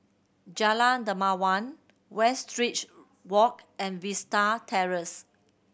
Jalan Dermawan Westridge Walk and Vista Terrace